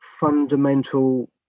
fundamental